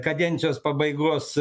kadencijos pabaigos